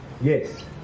Yes